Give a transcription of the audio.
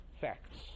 facts